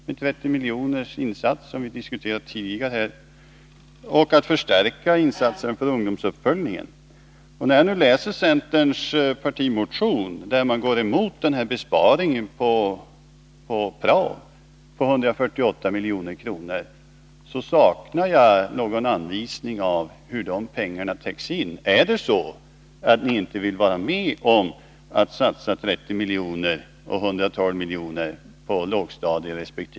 Vi har tidigare diskuterat en insats på 30 milj.kr. Vi kan också förstärka insatserna för ungdomsuppföljningen. När jag läser centerns partimotion, där man går emot besparingar på prao på 148 milj.kr., saknar jag en anvisning på hur de pengarna skall täckas in. Vill ni inte vara med om att satsa 30 milj.kr. och 112 milj.kr. på lågstadieresp.